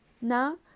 now